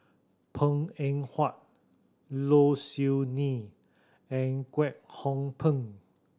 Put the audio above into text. Png Eng Huat Low Siew Nghee and Kwek Hong Png